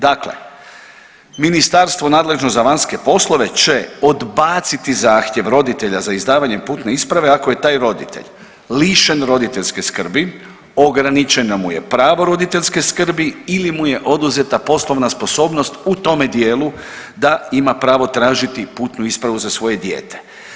Dakle, Ministarstvo nadležno za vanjske poslove će odbaciti zahtjev roditelja za izdavanjem putne isprave, ako je taj roditelj lišen roditeljske skrbi, ograničena mu je pravo roditeljske skrbi ili mu je oduzeta poslovna sposobnost u tome dijelu da ima pravo tražiti putnu ispravu za svoje dijete.